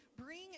bring